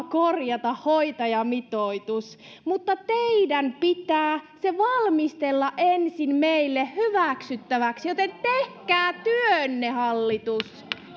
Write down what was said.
korjata hoitajamitoitus mutta teidän pitää se ensin valmistella meille hyväksyttäväksi joten tehkää työnne hallitus